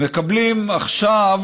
הם מקבלים עכשיו